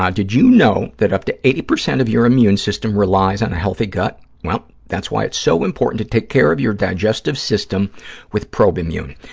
ah did you know that up to eighty percent of your immune system relies on a healthy gut? well, that's why it's so important to take care of your digestive system with probimune.